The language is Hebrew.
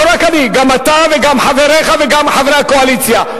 לא רק אני, גם אתה וגם חבריך וגם חברי הקואליציה.